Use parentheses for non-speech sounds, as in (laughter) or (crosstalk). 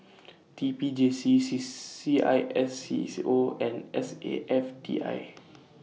T P J C C (unintelligible) C I S C (unintelligible) O and S A F T I